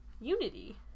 unity